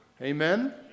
Amen